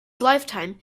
lifetime